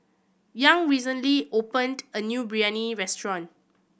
Young recently opened a new Biryani restaurant